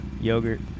Yogurt